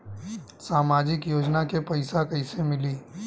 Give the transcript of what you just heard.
सामाजिक योजना के पैसा कइसे मिली?